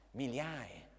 migliaia